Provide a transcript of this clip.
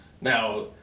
now